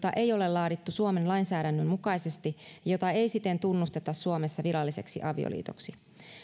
ei ole laadittu suomen lainsäädännön mukaisesti ja jota ei siten tunnusteta suomessa viralliseksi avioliitoksi